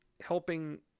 helping